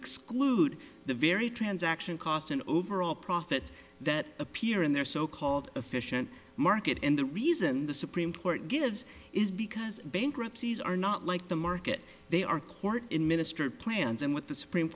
exclude the very transaction costs an overall profit that appear in their so called efficient market and the reason the supreme court gives is because bankruptcies are not like the market they are court in ministry plans and what the supreme